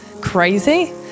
crazy